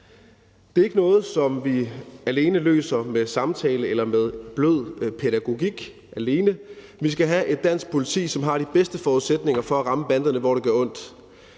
Det er ikke noget, som vi alene løser med samtale eller med blød pædagogik alene, men vi skal have et dansk politi, som har de bedste forudsætninger for at ramme banderne, hvor det gør ondt.